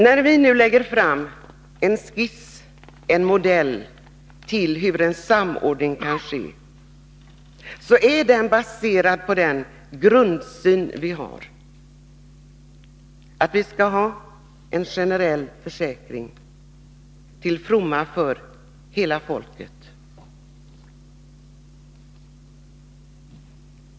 Den skiss, eller modell, som vi nu presenterar när det gäller sättet att genomföra en samordning är baserad på den grundsyn vi har, nämligen att det skall vara en generell försäkring till fromma för hela folket.